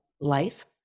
life